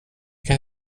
kan